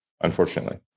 unfortunately